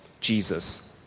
Jesus